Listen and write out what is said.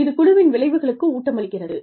இது குழுவின் விளைவுகளுக்கு ஊட்டமளிக்கிறது